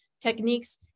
techniques